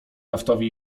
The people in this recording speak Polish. naftowi